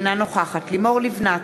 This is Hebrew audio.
אינה נוכחת לימור לבנת,